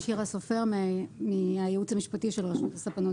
אני מהייעוץ המשפטי של רשות הספנות